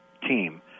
team